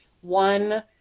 one